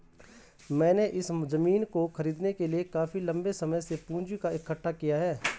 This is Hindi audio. मैंने इस जमीन को खरीदने के लिए काफी लंबे समय से पूंजी को इकठ्ठा किया है